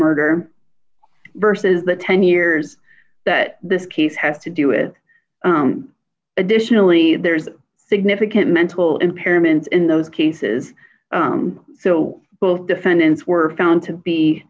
murder versus the ten years that this case has to do with additionally there's significant mental impairment in those cases so both defendants were found to be